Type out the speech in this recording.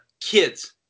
kids